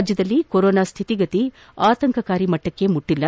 ರಾಜ್ಯದಲ್ಲಿ ಕೊರೊನಾ ಶ್ರಿತಿಗತಿ ಆತಂಕಕಾರಿ ಮಟ್ಟಕ್ಕೆ ಮುಟ್ಟಿಲ್ಲ